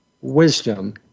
wisdom